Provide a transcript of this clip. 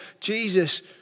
Jesus